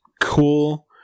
cool